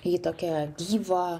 į tokią gyvą